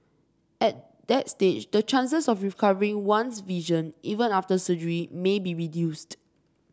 at that stage the chances of recovering one's vision even after surgery may be reduced